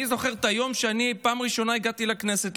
אני זוכר את היום שבפעם הראשונה הגעתי לכנסת,